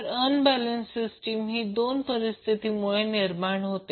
तर unbalance system ही दोन परिस्थितीमुळे निर्माण होते